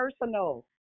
personal